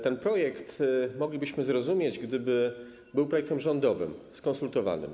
Ten projekt moglibyśmy zrozumieć, gdyby był projektem rządowym, skonsultowanym.